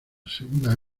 segunda